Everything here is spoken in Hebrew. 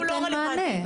הוא לא נותן מענה.